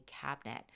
cabinet